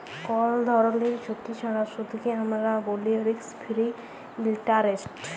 call ধরলের ঝুঁকি ছাড়া সুদকে আমরা ব্যলি রিস্ক ফিরি ইলটারেস্ট